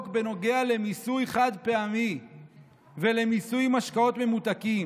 בנוגע למיסוי חד-פעמי ולמיסוי משקאות ממותקים.